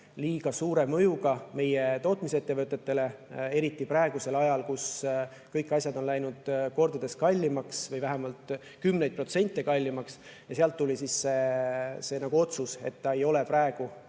liiga suure mõjuga meie tootmisettevõtetele, eriti praegusel ajal, kui kõik asjad on läinud kordades kallimaks või vähemalt kümneid protsente kallimaks. Ja sealt tuli siis see otsus, et see praegu